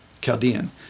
Chaldean